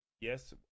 yes